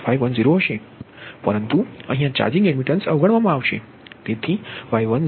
તેથી તે y12y13y10 હશે પરંતુ અહીયા ચાર્જિંગ એડમિટન્સ અવગણવામાં આવશે